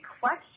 question